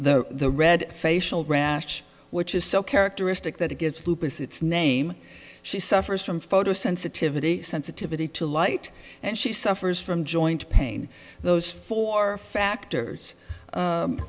from the red facial rash which is so characteristic that it gets lupus its name she suffers from photosensitivity sensitivity to light and she suffers from joint pain those four factors